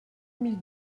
mille